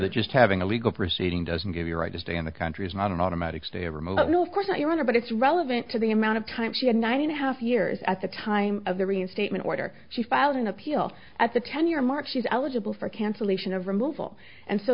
that just having a legal proceeding doesn't give you a right to stay in the country is not an automatic stay every moment no of course not your honor but it's relevant to the amount of time she had nine and a half years at the time of the reinstatement order she filed an appeal at the ten year mark she's eligible for can